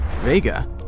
Vega